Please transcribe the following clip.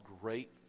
great